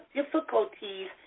difficulties